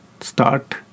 start